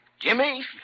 Jimmy